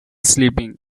sleeping